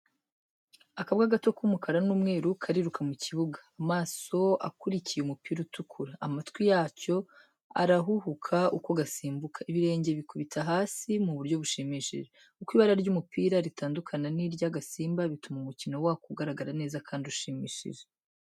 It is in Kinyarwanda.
Akabwa gato k’umukara n’umweru kariruka mu kibuga, amaso akurikiye umupira utukura. Amatwi yacyo arahuhuka uko gasimbuka, ibirenge bikubita hasi mu buryo bushimishije. Uko ibara ry’umupira ritandukana n’irya gasimba bituma umukino wako ugaragara neza kandi ushimishije.